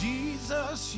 Jesus